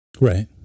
Right